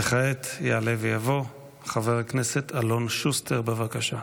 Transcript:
וכעת יעלה ויבוא חבר הכנסת אלון שוסטר, בבקשה.